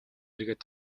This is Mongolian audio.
эргээд